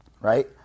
right